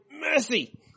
mercy